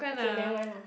okay never mind lah